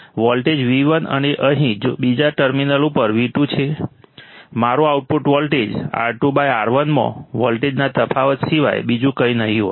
voltage v1 અને અહીં બીજા ટર્મિનલ ઉપર v2 છે મારો આઉટપુટ વોલ્ટેજ R2R1 માં વોલ્ટેજના તફાવત સિવાય બીજું કંઈ નહીં હોય